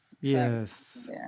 Yes